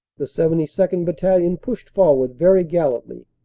the seventy second. battalion pushed forward very gallantly,